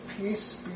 Peace